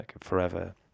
forever